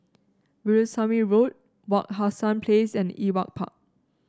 Veerasamy Road Wak Hassan Place and Ewart Park